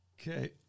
Okay